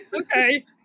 Okay